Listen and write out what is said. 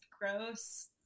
gross